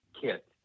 kit